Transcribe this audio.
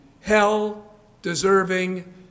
hell-deserving